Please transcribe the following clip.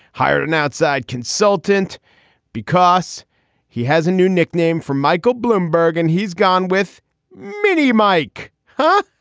hired an outside consultant because he has a new nickname from michael bloomberg. and he's gone with many. mike, huh?